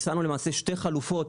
הצענו למעשה שתי חלופות,